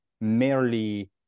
merely